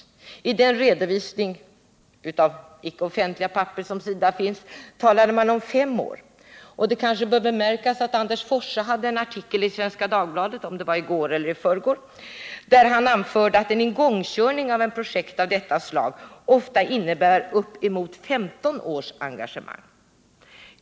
Vid den redovisning av icke offentliga papper som SIDA fick talade man om fem år, och det kanske bör bemärkas att Anders Forsse hade en artikel i Svenska 147 Dagbladet i går eller i förrgår, där han anförde att en igångkörning av ett projekt av detta slag ofta innebär uppemot 15 års engagemang.